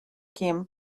kim